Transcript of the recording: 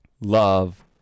love